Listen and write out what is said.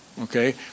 Okay